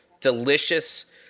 delicious